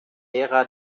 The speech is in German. ära